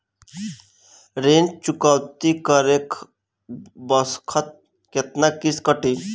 ऋण चुकौती करे बखत केतना किस्त कटी?